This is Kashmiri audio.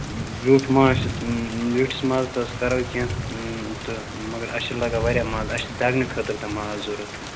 ویوٚٹھ ماز چھُ وٮ۪ٹھِس مازس تَس کَرو کیٚنٛہہ تہٕ مگر اَسہِ چھُ لگان واریاہ ماز اَسہِ چھُ دگنہٕ خٲطرٕ تہِ ماز ضروٗرت